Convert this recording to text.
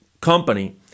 company